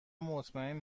مطمئن